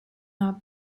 not